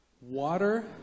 Water